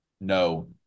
No